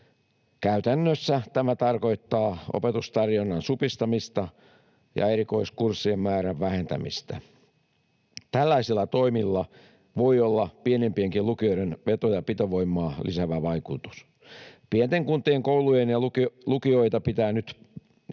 Käytännössä tämä tarkoittaa opetustarjonnan supistamista ja erikoiskurssien määrän vähentämistä. Tällaisilla toimilla voi olla pienempienkin lukioiden veto- ja pitovoimaa lisäävä vaikutus. Pienten kuntien kouluja ja lukioita pitää nyt puolustaa,